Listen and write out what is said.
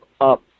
up